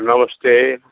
नमस्ते